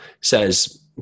says